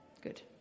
Good